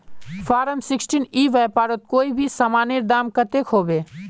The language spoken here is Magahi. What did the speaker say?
फारम सिक्सटीन ई व्यापारोत कोई भी सामानेर दाम कतेक होबे?